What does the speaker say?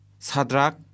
sadrak